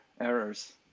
errors